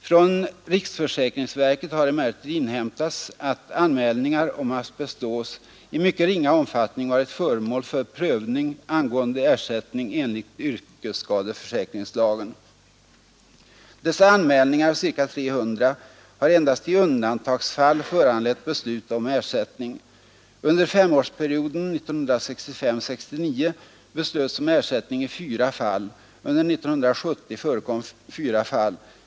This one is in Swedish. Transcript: Från riksförsäkringsverket har emellertid inhämtats, att anmälningar om asbestos i mycket ringa omfattning varit föremål för prövning angående a anmälningar, ca 300, har endast i undantagsfall föranlett beslut om ersättning. Under femårsperioden 1965—1969 beslöts om ersättning i fyra fall. Under 1970 förekom fyra fall.